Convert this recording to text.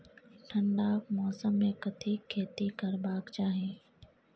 ठंडाक मौसम मे कथिक खेती करबाक चाही?